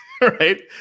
Right